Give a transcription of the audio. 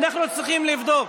אנחנו צריכים לבדוק.